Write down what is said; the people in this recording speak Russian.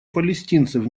палестинцев